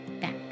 back